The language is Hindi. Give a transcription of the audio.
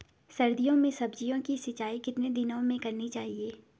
सर्दियों में सब्जियों की सिंचाई कितने दिनों में करनी चाहिए?